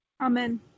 Amen